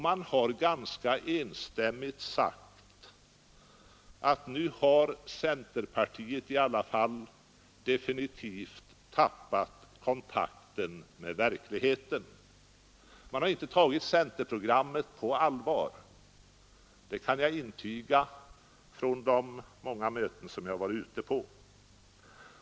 Man har ganska enstämmigt sagt att nu har centerpartiet i alla fall definitivt tappat kontakten med verkligheten. Man har inte tagit centerprogrammet på allvar. Det kan jag intyga från de många möten jag varit ute på.